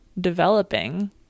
developing